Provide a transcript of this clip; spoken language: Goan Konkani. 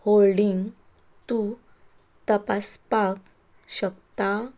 होल्डींग तूं तपासपाक शकता